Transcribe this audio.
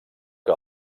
que